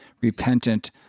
repentant